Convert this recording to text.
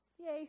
Yay